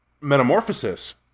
metamorphosis